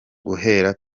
guhera